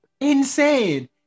Insane